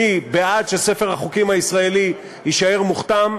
מי בעד שספר החוקים הישראלי יישאר מוכתם,